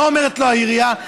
מה אומרת לו העירייה?